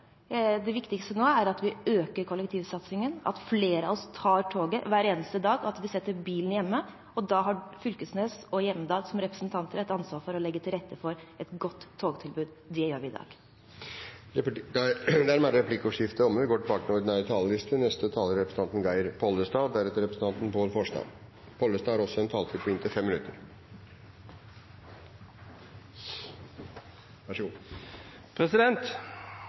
Det viktigste nå er at vi øker kollektivsatsingen, at flere av oss tar toget hver eneste dag, og at vi setter bilen hjemme. Da har representantene Knag Fylkesnes og Hjemdal et ansvar for å legge til rette for et godt togtilbud. Det gjør vi i dag. Replikkordskiftet er omme. Det har vært en spennende og god prosess i Stortinget om eierskap, som har vakt engasjement i hele det norske samfunnet, og som svært mange har